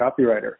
copywriter